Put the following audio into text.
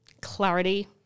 clarity